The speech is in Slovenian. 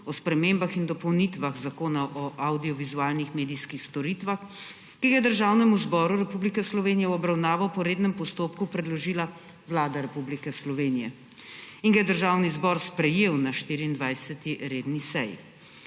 o spremembah in dopolnitvah Zakona o avdiovizualnih medijskih storitvah, ki ga je Državnemu zboru Republike Slovenije v obravnavo po rednem postopku predložila Vlada Republike Slovenije in ga je Državni zbor sprejel na 24. redni seji.